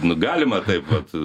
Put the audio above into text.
nu galima taip vat